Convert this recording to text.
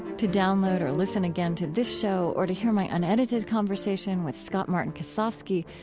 to download or listen again to this show or to hear my unedited conversation with scott-martin kosofsky,